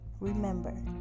Remember